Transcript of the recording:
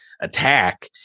attack